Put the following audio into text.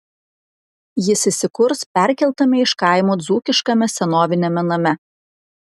jis įsikurs perkeltame iš kaimo dzūkiškame senoviniame name